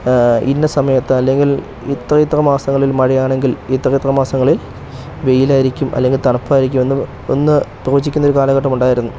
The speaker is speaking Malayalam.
ഇന്ന സമയത്ത് അല്ലെങ്കിൽ ഇത്ര ഇത്ര മാസങ്ങളിൽ മഴയാണെങ്കിൽ ഇത്ര ഇത്ര മാസങ്ങളിൽ വെയിലായിരിക്കും അല്ലെങ്കിൽ തണുപ്പായിരിക്കും എന്ന് ഒന്ന് പ്രവചിക്കുന്ന ഒരു കാലഘട്ടമുണ്ടായിരുന്നു